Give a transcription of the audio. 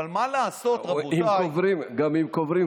לצערי, וגם לא רק לצערי,